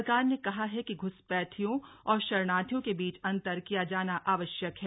सरकार ने कहा है कि घुसपैठियों और शरणार्थियों के बीच अंतर किया जाना आवश्यक है